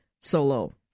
solo